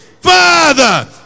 Father